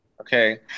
Okay